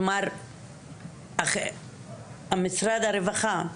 כלומר משרד הרווחה,